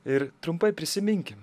ir trumpai prisiminkim